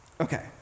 okay